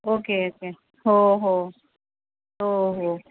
okay okay हो हो हो हो